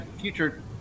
future